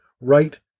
right